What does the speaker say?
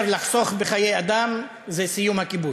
הדבר הטוב ביותר לחסוך בחיי אדם זה סיום הכיבוש.